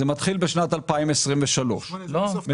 זה מתחיל בשנת 2023. לא.